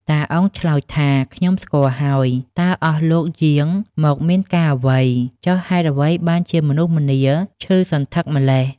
តា អ៊ុង ឆ្លើយថា "ខ្ញុំស្គាល់ហើយ តើអស់លោកយាងមកមានការអ្វី? ចុះហេតុអ្វីបានជាមនុស្សម្នាឈឺសន្ធឹកម្ល៉េះ?"